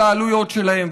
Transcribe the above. על העלויות שלהם,